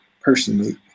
personally